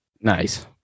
Nice